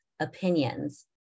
opinions